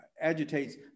agitates